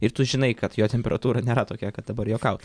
ir tu žinai kad jo temperatūra nėra tokia kad dabar juokaut